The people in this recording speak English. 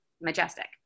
majestic